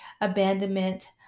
abandonment